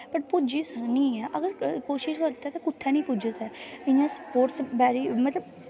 but पुज्जी सकनी ऐ अगर कोशिश करचै ते कुत्थै निं पुजदा ऐ इ'यां स्पोर्टस